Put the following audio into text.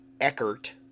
Eckert